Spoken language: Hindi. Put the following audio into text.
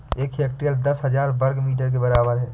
एक हेक्टेयर दस हजार वर्ग मीटर के बराबर है